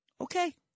okay